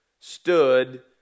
stood